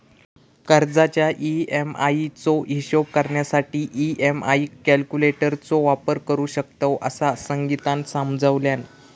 कर्जाच्या ई.एम्.आई चो हिशोब करण्यासाठी ई.एम्.आई कॅल्क्युलेटर चो वापर करू शकतव, असा संगीतानं समजावल्यान